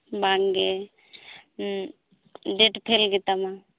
ᱵᱟᱝ ᱜᱮ ᱰᱮᱴ ᱯᱷᱮᱞ ᱜᱮᱛᱟᱢᱟ